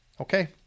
Okay